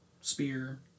spear